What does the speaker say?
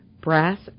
Brass